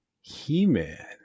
He-Man